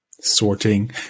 sorting